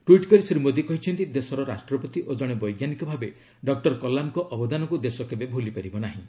tweet କରି ଶ୍ରୀ ମୋଦୀ କହିଛନ୍ତି ଦେଶର ରାଷ୍ଟ୍ରପତି ଓ ଜଣେ ବୈଜ୍ଞାନିକଭାବେ ଡକ୍କର କଲାମଙ୍କ ଅବଦାନକୁ ଦେଶ କେବେ ଭୁଲିପାରିବ ନାହିଁ